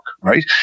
right